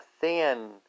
thin